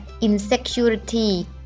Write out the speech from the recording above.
insecurity